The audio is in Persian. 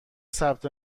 ثبت